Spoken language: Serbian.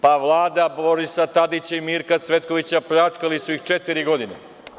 Pa, Vlada Borisa Tadića i Mirka Cvetković, pljačkali su ih četiri godine.